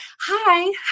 Hi